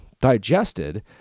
digested